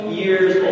years